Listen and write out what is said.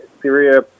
Syria